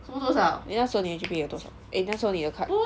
什么多少你那时候你的 G_P_A 有多少 eh 那时候你的 cut